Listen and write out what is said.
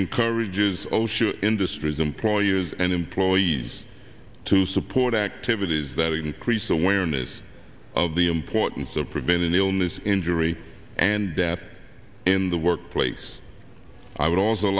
encourages osha industries employers and employees to support activities that increase awareness of the importance of preventing illness injury and death in the workplace i would also